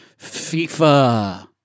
FIFA